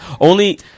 Only-